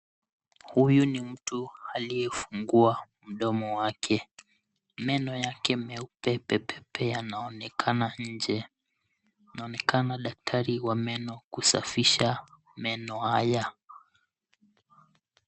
Huyu ni mtu aliyefungua mdomo wake. Meno yake meupe pe pe pe yanaonekana nje. Inaonekana daktari wa meno kusafisha meno haya.